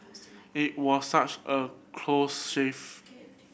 it was such a close shave